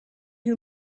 who